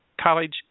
college